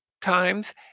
times